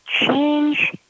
change